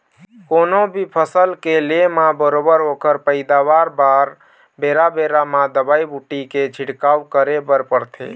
कोनो भी फसल के ले म बरोबर ओखर पइदावारी बर बेरा बेरा म दवई बूटी के छिड़काव करे बर परथे